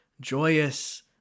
joyous